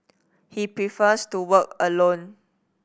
he prefers to work alone